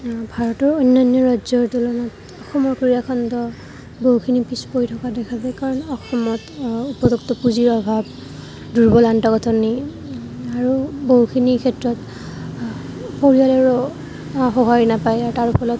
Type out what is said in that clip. ভাৰতৰ অনান্য ৰাজ্য়ৰ তুলনাত অসমৰ ক্ৰীড়াখণ্ড বহুখিনি পিছ পৰি থকা দেখা যায় কাৰণ অসমত উপযুক্ত পুঁজিৰ অভাৱ দুৰ্বল আন্তঃগাঁথনি আৰু বহুখিনি ক্ষেত্ৰত পৰিয়ালৰো সঁহাৰি নাপায় আৰু তাৰফলত